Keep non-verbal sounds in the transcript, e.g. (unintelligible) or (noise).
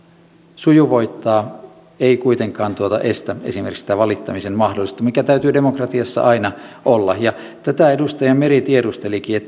sujuvoittaa mutta ei kuitenkaan estä esimerkiksi tätä valittamisen mahdollisuutta mikä täytyy demokratiassa aina olla ja tätä edustaja meri tiedustelikin (unintelligible)